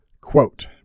Quote